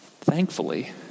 Thankfully